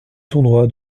tournoi